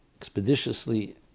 expeditiously